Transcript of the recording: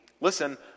listen